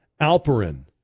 Alperin